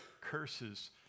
curses